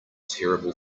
terrible